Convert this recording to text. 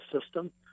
system